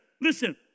Listen